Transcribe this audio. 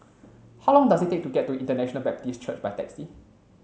how long does it take to get to International Baptist Church by taxi